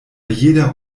jeder